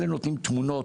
אלו נותנים תמונות,